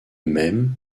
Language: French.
même